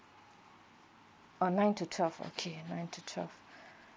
[roh] nine to twelve okay nine to twelve